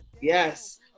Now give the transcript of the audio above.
Yes